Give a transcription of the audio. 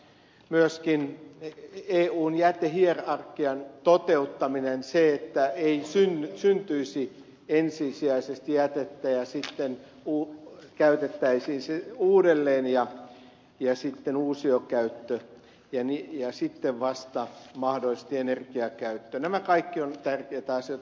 myöskin eun jätehierarkian toteuttaminen se että ei syntyisi ensisijaisesti jätettä ja sitten se käytettäisiin uudelleen ja sitten uusiokäyttö ja sitten vasta mahdollisesti energiakäyttö nämä kaikki ovat tärkeitä asioita